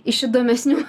iš įdomesnių